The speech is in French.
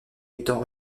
étant